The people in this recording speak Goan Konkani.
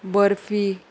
बर्फी